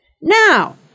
now